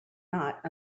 not